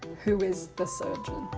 who is the surgeon?